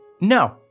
No